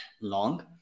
long